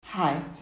Hi